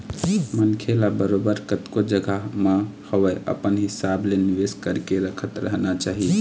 मनखे ल बरोबर कतको जघा म होवय अपन हिसाब ले निवेश करके रखत रहना चाही